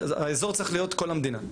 האזור צריך להיות כל המדינה.